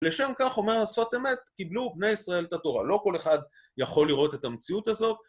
לשם כך אומר השפת אמת, קיבלו בני ישראל את התורה, לא כל אחד יכול לראות את המציאות הזאת